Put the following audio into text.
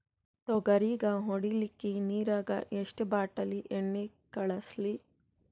ತೊಗರಿಗ ಹೊಡಿಲಿಕ್ಕಿ ನಿರಾಗ ಎಷ್ಟ ಬಾಟಲಿ ಎಣ್ಣಿ ಕಳಸಲಿ?